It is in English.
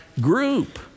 group